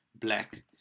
black